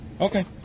Okay